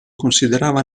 considerava